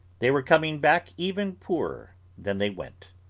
they were coming back, even poorer than they went.